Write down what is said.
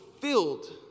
filled